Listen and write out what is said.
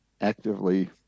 actively